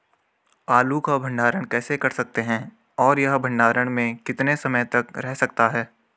आलू को भंडारण कैसे कर सकते हैं और यह भंडारण में कितने समय तक रह सकता है?